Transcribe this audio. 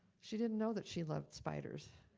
she didn't know that she loved spiders.